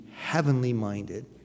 heavenly-minded